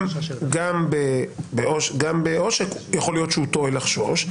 גם בעושק יכול להיות שהוא טועה לחשוש.